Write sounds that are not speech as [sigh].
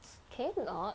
[noise] can you not